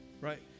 Right